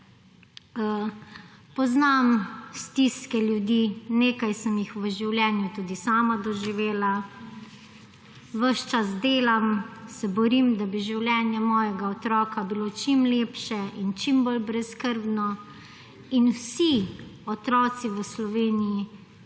Poznam stiske ljudi, nekaj sem jih v življenju tudi sama doživela, ves čas delam, se borim, da bi življenje mojega otroka bilo čim lepše in čim bolj brezskrbno in vsi otroci v Sloveniji